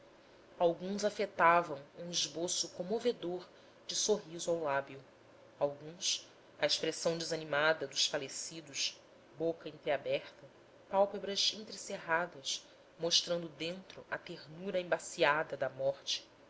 alguns afetavam um esboço comovedor de sorriso ao lábio alguns a expressão desanimada dos falecidos boca entreaberta pálpebras entrecerradas mostrando dentro a ternura embaciada da morte